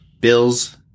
Bills